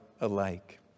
alike